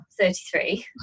33